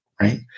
right